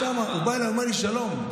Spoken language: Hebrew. שם הוא בא אליי, אומר לי: שלום.